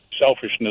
selfishness